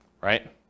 right